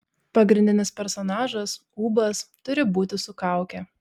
pagrindinis personažas ūbas turi būti su kauke